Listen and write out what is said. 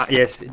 yes,